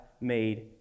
made